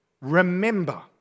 Remember